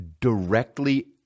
directly